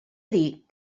dir